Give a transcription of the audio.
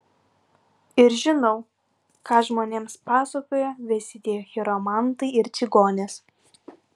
ir žinau ką žmonėms pasakoja visi tie chiromantai ir čigonės